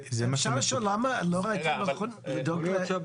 אפשר לשאול למה לא ראיתם לנכון לדאוג ל